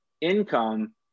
income